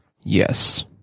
yes